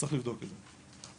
וצריך לבדוק את זה.